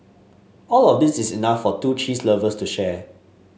all of these is enough for two cheese lovers to share